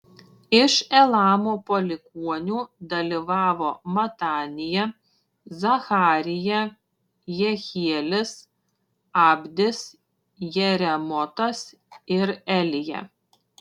iš elamo palikuonių dalyvavo matanija zacharija jehielis abdis jeremotas ir elija